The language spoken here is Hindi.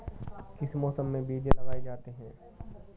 किस मौसम में बीज लगाए जाते हैं?